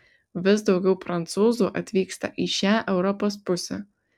vis daugiau prancūzų atvyksta į šią europos pusę